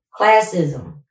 classism